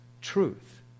truth